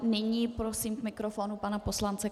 Nyní prosím k mikrofonu pana poslance...